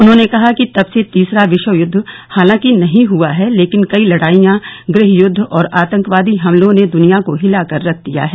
उन्होंने कहा कि तब से तीसरा विश्वयुद्व हालांकि नहीं हुआ है लेकिन कई लड़ाईयां गृहयुद्व और आतंकवादी हमलों ने दुनिया को हिलाकर रख दिया है